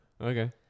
Okay